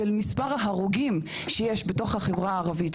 של מספר ההרוגים שיש בחברה הערבית,